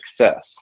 success